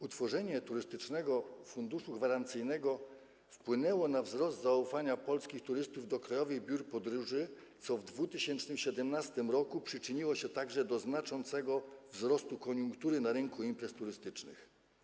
Utworzenie Turystycznego Funduszu Gwarancyjnego wpłynęło na wzrost zaufania polskich turystów do krajowych biur podróży, co w 2017 r. przyczyniło się do znaczącego wzrostu koniunktury na rynku imprez turystycznych.